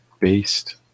based